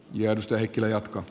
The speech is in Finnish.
järstä heikkilä jatkaa